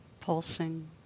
pulsing